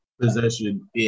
Possession